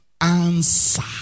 Answer